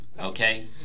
okay